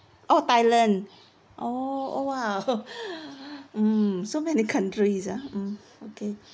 oh thailand oh oh !wow! hmm so many countries ah hmm okay